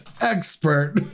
expert